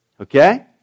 Okay